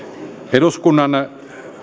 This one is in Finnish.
eduskunnan